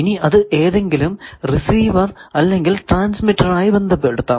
ഇനി അത് ഏതെങ്കിലും റിസീവർ അല്ലെങ്കിൽ ട്രാൻസ്മിറ്റർ ആയി ബന്ധിപ്പിക്കാം